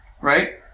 right